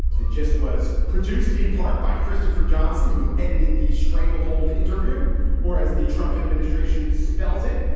that just was produced in part by christopher johnson, who edited the stranglehold interview or as the trump administration spells it,